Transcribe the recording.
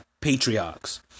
patriarchs